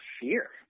fear